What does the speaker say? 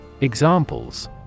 Examples